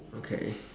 okay